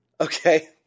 Okay